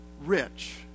rich